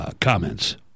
Comments